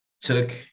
took